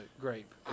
grape